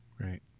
Right